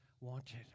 wanted